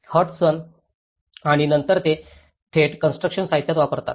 hot sun आणि नंतर ते थेट कॉन्स्ट्रुकशन साहित्यात वापरतात